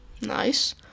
Nice